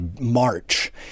march